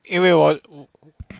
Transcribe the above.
因为我